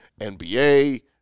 NBA